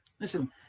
Listen